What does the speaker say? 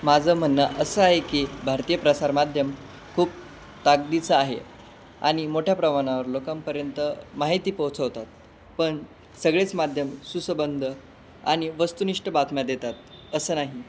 माझं म्हणणं असं आहे की भारतीय प्रसारमाध्यम खूप ताकदीचं आहे आणि मोठ्या प्रमाणावर लोकांपर्यंत माहिती पोहोचवतात पण सगळेच माध्यम सुसबंंध आणि वस्तुनिष्ठ बातम्या देतात असं नाही